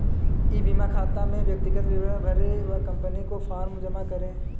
ई बीमा खाता में व्यक्तिगत विवरण भरें व कंपनी को फॉर्म जमा करें